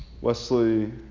Wesley